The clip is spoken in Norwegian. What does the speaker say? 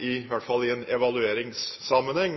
i hvert fall i en evalueringssammenheng,